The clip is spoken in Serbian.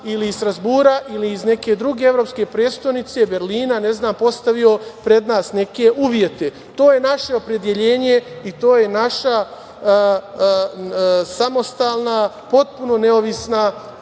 iz Strazbura ili iz neke druge Evropske prestonice, Berlina, ne znam, postavio pred nas neke uvjete. To je naše opredeljenje i to je naša samostalna, potpuno neovisna